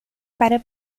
para